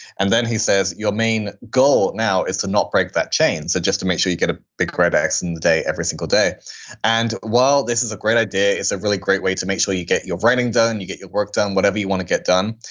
and then he says, your main goal now is to not break that chain. so, just to make sure you get a big red x in the day every single day and while this is a great idea, is a really great way to make sure you get your writing done, you get your work done, whatever you want to get done.